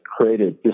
created